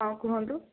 ହଁ କୁହନ୍ତୁ